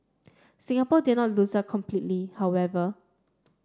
Singapore did not lose out completely however